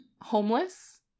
homeless